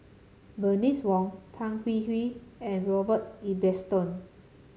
B ernice Wong Tan Hwee Hwee and Robert Ibbetson